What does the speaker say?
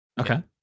Okay